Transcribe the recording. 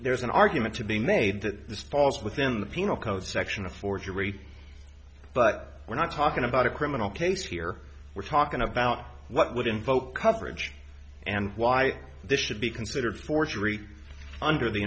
there's an argument to be made that this falls within the penal code section of forgery but we're not talking about a criminal case here we're talking about what would invoke coverage and why this should be considered forgery under the